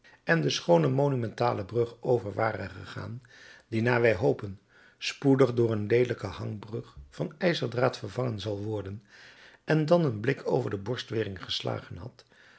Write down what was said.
en de schoone monumentale brug over ware gegaan die naar wij hopen spoedig door een leelijke hangbrug van ijzerdraad vervangen zal worden en dan een blik over de borstwering geslagen had